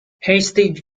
hasty